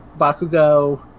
Bakugo